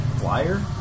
flyer